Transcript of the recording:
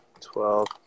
twelve